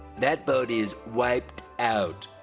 that boat is wiped out.